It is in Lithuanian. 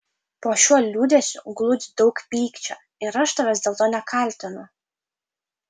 po šiuo liūdesiu glūdi daug pykčio ir aš tavęs dėl to nekaltinu